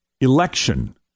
Election